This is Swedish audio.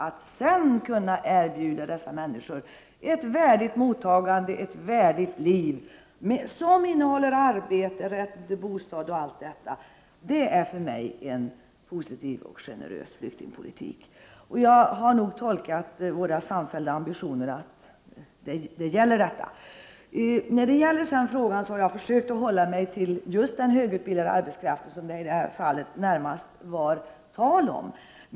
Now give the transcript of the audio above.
Att därefter erbjuda dessa människor ett värdigt mottagande och ett värdigt liv, som innehåller arbete, bostad och allt detta, är vad jag avser med en positiv och generös flyktingpolitik. Jag har också tolkat det så, att just detta är vår samfällda ambition. Jag har hållit mig till den högutbildade arbetskraften, som denna interpellation närmast avser.